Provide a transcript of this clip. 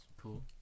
Cool